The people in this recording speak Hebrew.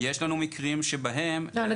יש מספר קריטריונים, גם כאלה